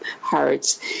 hearts